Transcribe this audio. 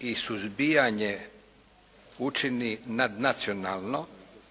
i suzbijanje učini nadnacionalno